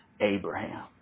Abraham